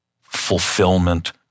fulfillment